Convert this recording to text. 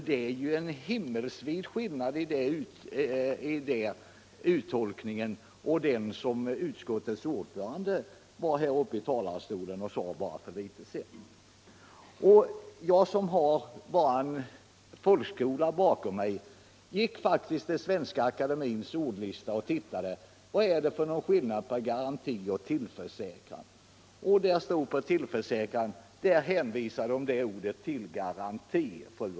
Det är ju en himmelsvid skillnad mellan den uttolkningen och den som utskottets ordförande gjorde här från talarstolen för en stund sedan. Jag som bara har folkskola bakom mig gick faktiskt till Svenska akademiens ordlista och såg efter vad det är för skillnad mellan garanti och tillförsäkran: Vid ordet tillförsäkran hänvisades till garanti.